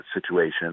situation